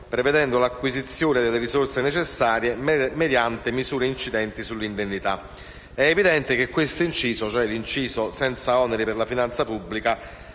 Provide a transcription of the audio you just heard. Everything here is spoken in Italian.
prevedendo l'acquisizione delle risorse necessarie mediante misure incidenti sull'indennità. È evidente che l'inciso «senza oneri per la finanza pubblica»